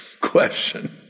question